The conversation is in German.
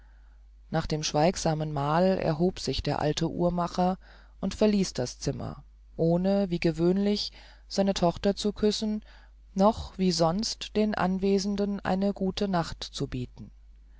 nach dem schweigsamen mahl erhob sich der alte uhrmacher und verließ das zimmer ohne wie gewöhnlich seine tochter zu küssen noch wie sonst den anwesenden eine gute nacht zu bieten